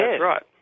right